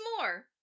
more